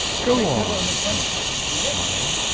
go on, countess, he smiled.